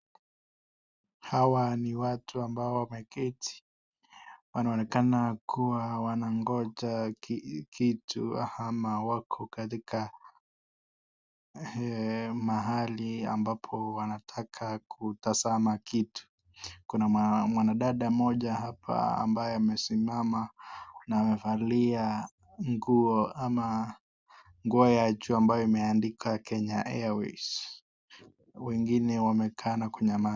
Hawa ni watu ambao wameketi wanaonekana kuwa wanangoja kitu ama wako katika mahali ambapo wanataka kutazama kitu, kuna mwanadada moja hapa ambaye amesimama na amevalia nguo ama nguo ya juu ambayo imeandikwa Kenya airways wengine wamekaa na kinyamaza.